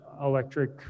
electric